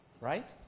right